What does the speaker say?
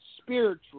spiritual